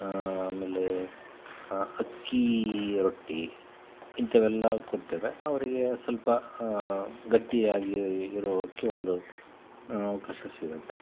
ಆಮೇಲೆ ಅಕ್ಕಿ ರೊಟ್ಟಿ ಇಂಥವೆಲ್ಲ ಕೊಡ್ತೇವೆ ಅವರಿಗೆ ಸ್ವಲ್ಪ ಗಟ್ಟಿಯಾಗಿ ಇರೋಕ್ಕೆ ಒಂದು ಅವಕಾಶ ಸಿಗುತ್ತೆ